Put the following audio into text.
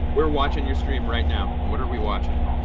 we're watching your stream right now. and what are we watching?